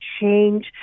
change